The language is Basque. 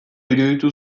iruditu